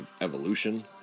evolution